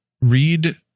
read